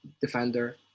defender